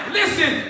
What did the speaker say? listen